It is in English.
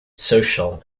social